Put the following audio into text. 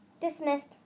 Dismissed